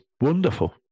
wonderful